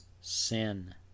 sin